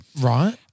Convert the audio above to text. Right